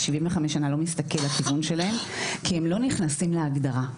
75 שנה לא מסתכל לכיוון שלהם כי הם לא נכנסים להגדרה.